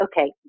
okay